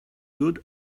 good